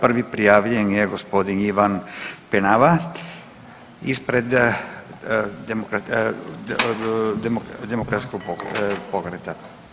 Prvi prijavljen je gospodin Ivan Penava ispred Demokratskog pokreta.